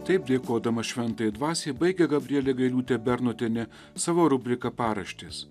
taip dėkodama šventajai dvasiai baigia gabrielė gailiūtė bernotienė savo rubriką paraštės